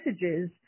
messages